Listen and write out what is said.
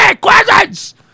questions